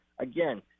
again